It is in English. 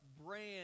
brand